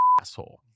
asshole